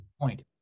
point